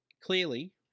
Clearly